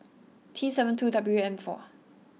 T seven two W M four